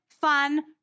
fun